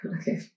okay